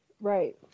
Right